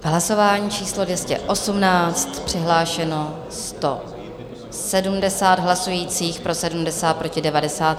Hlasování číslo 218, přihlášeno 170 hlasujících, pro 70, proti 90.